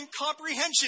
comprehension